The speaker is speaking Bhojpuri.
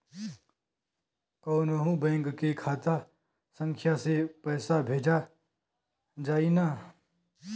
कौन्हू बैंक के खाता संख्या से पैसा भेजा जाई न?